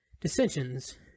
dissensions